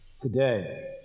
Today